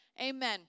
Amen